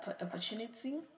opportunity